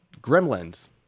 Gremlins